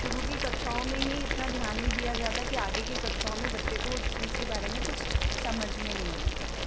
शुरू की कक्षाओ में ही इतना ध्यान नहीं दिया जाता कि आगे की कक्षाओं में बच्चें को उस चीज़ के बारे में कुछ समझ में नहीं आता है